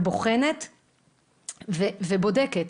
בוחנת ובודקת.